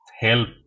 help